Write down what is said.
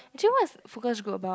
actually what is focus group about